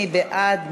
מי בעד,